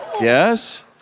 Yes